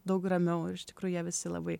daug ramiau ir iš tikrųjų jie visi labai